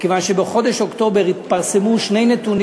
מכיוון שבחודש אוקטובר התפרסמו שני נתונים